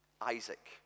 Isaac